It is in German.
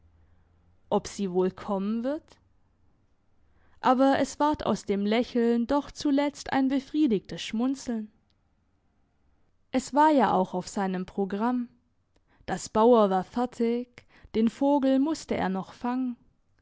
ob sie wohl kommen wird aber es ward aus dem lächeln doch zuletzt ein befriedigtes schmunzeln es war ja auch auf seinem programm das bauer war fertig den vogel musste er noch fangen